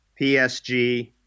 PSG